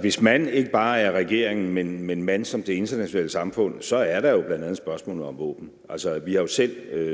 Hvis »man« ikke bare er regeringen, men »man« også er det internationale samfund, så er der jo bl.a. spørgsmålet om våben. Altså, vi har jo,